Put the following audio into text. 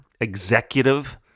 executive